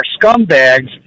scumbags